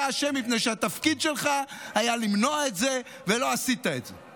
אתה אשם מפני שהתפקיד שלך היה למנוע את זה ולא עשית את זה.